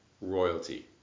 royalty